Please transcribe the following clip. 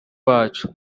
bacu